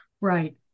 Right